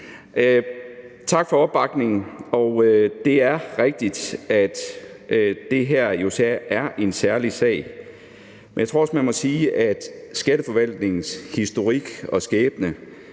Tak for opbakningen. Det er rigtigt, at det her jo er en særlig sag, men jeg tror også, man må sige, at Skatteforvaltningens historik og skæbne